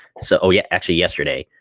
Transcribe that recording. so yeah, actually yesterday,